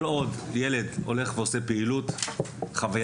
כל עוד ילד הולך ועושה פעילות חווייתית,